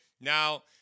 Now